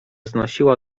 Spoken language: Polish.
znosiła